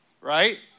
right